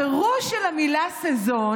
הפירוש של המילה "סזון"